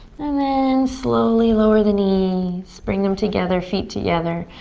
and then slowly lower the knees. bring them together, feet together.